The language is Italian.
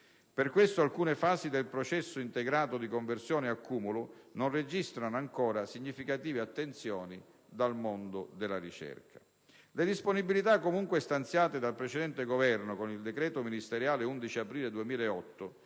Per questo, alcune fasi del processo integrato di conversione e accumulo non registrano ancora significative attenzioni dal mondo della ricerca. Le disponibilità comunque stanziate dal precedente Governo con il decreto ministeriale dell'11 aprile 2008